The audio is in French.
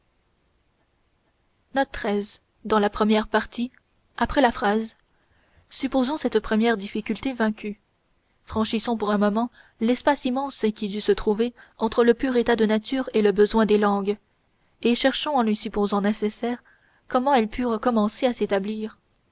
supposons cette première difficulté vaincue franchissons pour un moment l'espace immense qui dut se trouver entre le pur état de nature et le besoin des langues et cherchons en les supposant nécessaires comment elles purent commencer à s'établir